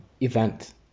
event